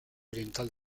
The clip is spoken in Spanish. oriental